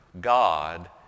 God